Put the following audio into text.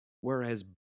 whereas